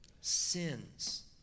Sins